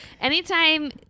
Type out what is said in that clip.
anytime